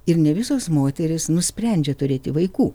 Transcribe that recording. ir ne visos moterys nusprendžia turėti vaikų